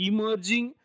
Emerging